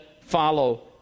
follow